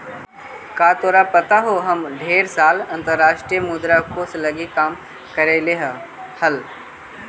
का तोरा पता हो हम ढेर साल अंतर्राष्ट्रीय मुद्रा कोश लागी काम कयलीअई हल